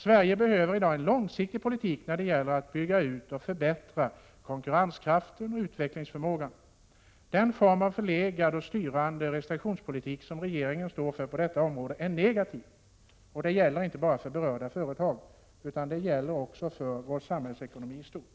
Sverige behöver i dag en långsiktig politik när det gäller att bygga ut och förbättra konkurrenskraften och utvecklingsförmågan. Den form av förlegad och styrande restriktionspolitik som regeringen står för på detta område är negativ, och detta gäller inte bara för de berörda företagen utan det gäller också för vår ekonomi i stort.